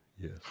yes